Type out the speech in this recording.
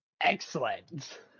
Excellent